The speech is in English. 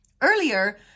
earlier